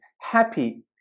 happy